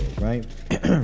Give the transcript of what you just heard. right